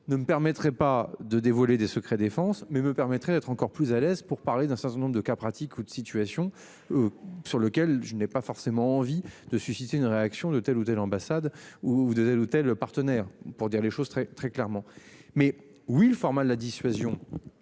ne me permettrais pas de dévoiler des secrets défense mais me permettrait d'être encore plus à l'aise pour parler d'un certain nombre de cas pratiques ou de situation. Sur lequel je n'ai pas forcément envie de susciter une réaction de telle ou telle ambassade où vous devez l'hôtel le partenaire pour dire les choses très très clairement. Mais oui le format de la dissuasion.